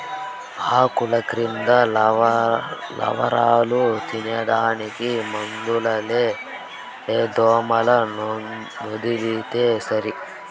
ఆకుల కింద లారవాలు తినేదానికి మందులేల దోమలనొదిలితే సరి